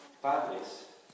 Padres